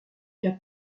les